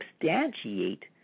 substantiate